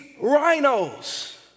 rhinos